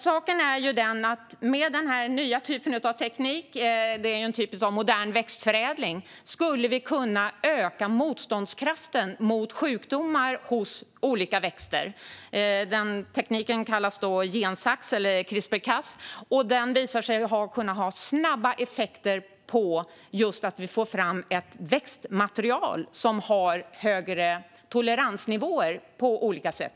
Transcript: Saken är den att med den nya typen av teknik, en typ av modern växtförädling, skulle vi kunna öka motståndskraften mot sjukdomar hos olika växter. Tekniken kallas för gensax eller CRISPR/Cas och har visat sig kunna ha snabba effekter just när det gäller att få fram ett växtmaterial som har högre toleransnivåer på olika sätt.